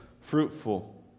fruitful